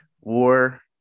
war